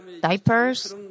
diapers